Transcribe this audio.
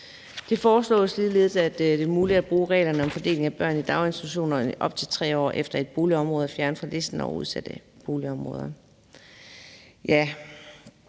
Det foreslås ligeledes, at det er muligt at bruge reglerne om fordeling af børn i daginstitutioner, i op til 3 år efter et boligområde er fjernet fra listen over udsatte boligområder.